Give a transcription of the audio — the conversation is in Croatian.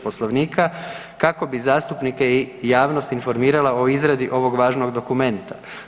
Poslovnika kako bi zastupnike i javnost informirala o izradi ovog važnog dokumenta.